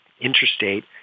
interstate